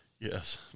yes